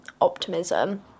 optimism